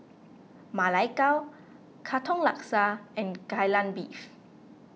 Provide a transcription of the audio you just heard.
Ma Lai Gao Katong Laksa and Kai Lan Beef